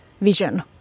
vision